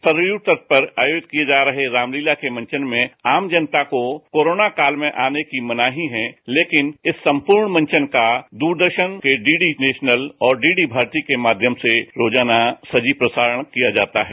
सरयू तट पर आयोजित किए जा रहे रामलीला के मंचन में आम जनता को कोरोना काल में आनें की मनाही है लेकिन इस संपूर्ण मंचन का दूरदर्शन के डीडी नेशनल और डीडी भारती के माध्यम से रोजाना सजीव प्रसारण किया जाता है